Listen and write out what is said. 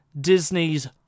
Disney's